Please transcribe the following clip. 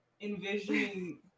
envisioning